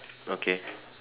okay